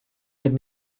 had